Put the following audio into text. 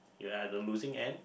we are the losing end